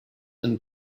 and